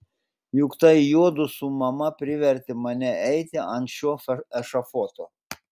juk tai juodu su mama privertė mane eiti ant šio ešafoto